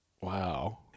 Wow